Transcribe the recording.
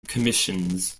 commissions